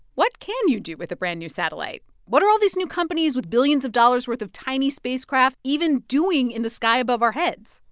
what can you do with a brand-new satellite? what are all these new companies with billions of dollars worth of tiny spacecraft even doing in the sky above our heads?